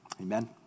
Amen